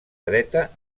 dreta